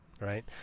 right